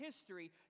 history